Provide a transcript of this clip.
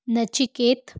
Nachiket